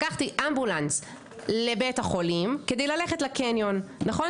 לקחתי אמבולנס לבית החולים כדי ללכת לקניון, נכון?